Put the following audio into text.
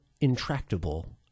intractable